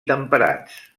temperats